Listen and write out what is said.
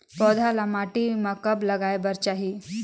पौधा ल माटी म कब लगाए बर चाही?